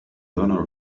learner